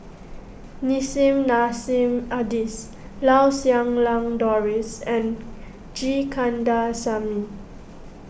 Nissim Nassim Adis Lau Siew Lang Doris and G Kandasamy